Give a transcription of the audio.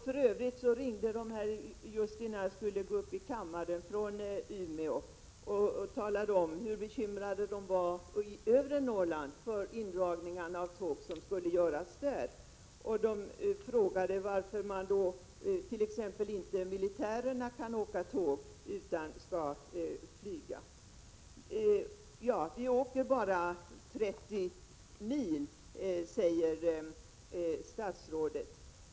För övrigt ringde man från Umeå just innan jag gick till kammaren och talade om att man var bekymrad i övre Norrland över de indragningar av tåg som skulle göras där. Man undrade t.ex. varför inte militärerna kan åka tåg i stället för att flyga. Vi åker bara 30 mil, säger statsrådet.